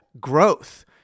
growth